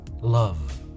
Love